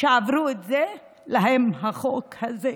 שעברו את זה, להם החוק הזה.